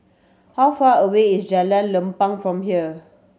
how far away is Jalan Lapang from here